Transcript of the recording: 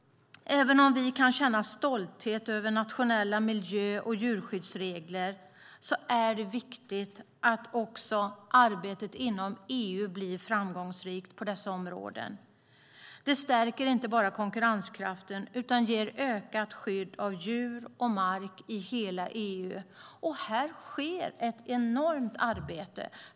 Även om vi kan känna stolthet över nationella miljö och djurskyddsregler är det viktigt att också arbetet inom EU blir framgångsrikt på dessa områden. Det stärker inte bara konkurrenskraften utan ger också ökat skydd för djur och mark i hela EU. Här sker ett enormt arbete.